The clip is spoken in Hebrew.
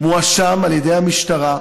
מואשם על ידי המשטרה,